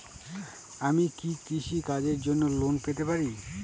আমি কি কৃষি কাজের জন্য লোন পেতে পারি?